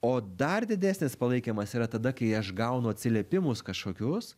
o dar didesnis palaikymas yra tada kai aš gaunu atsiliepimus kažkokius